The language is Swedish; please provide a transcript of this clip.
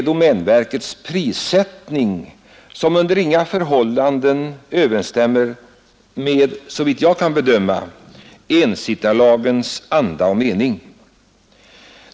Domänverkets prissättning överensstämmer under inga förhållanden med, såvitt jag kan bedöma, ensittarlagens anda och mening.